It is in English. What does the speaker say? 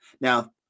Now